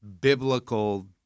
biblical